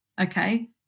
Okay